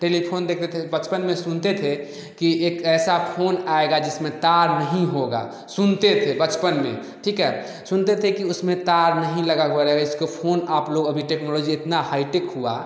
telephone देखते थे बचपन में सुनते थे कि एक ऐसा फोन आएगा जिसमें तार नही होगा सुनते थे बचपन में ठीक है सुनते थे कि उसमें तार नही लगा हुआ रहेगा इसको फोन आप लोग अभी टेक्नोलॉजी इतना हाईटेक हुआ